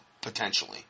potentially